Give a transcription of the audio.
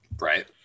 right